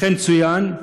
אכן צוין,